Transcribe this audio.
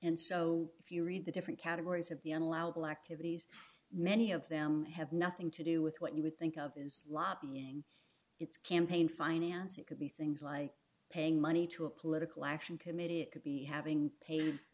and so if you read the different categories of the an allowable activities many of them have nothing to do with what you would think of is lobbying it's campaign finance it could be things like paying money to a political action committee it could be having pa